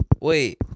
Wait